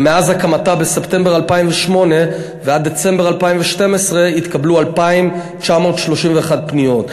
ומאז הקמתה בספטמבר 2008 ועד דצמבר 2012 התקבלו 2,931 פניות.